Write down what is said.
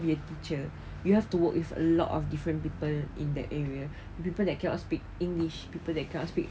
be a teacher you have to work with a lot of different people in the area people cannot speak english people that cannot speak